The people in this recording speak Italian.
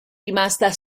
rimasta